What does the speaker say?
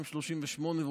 02:38,